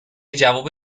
جواب